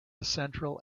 central